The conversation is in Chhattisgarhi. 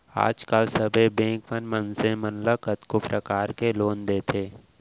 आज काल सबे बेंक मन मनसे मन ल कतको परकार के लोन देथे